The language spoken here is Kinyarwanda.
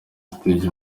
stage